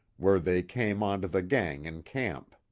where they came onto the gang in camp.